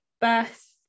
birth